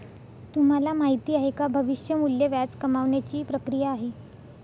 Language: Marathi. तुम्हाला माहिती आहे का? भविष्य मूल्य व्याज कमावण्याची ची प्रक्रिया आहे